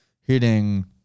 hitting